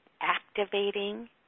activating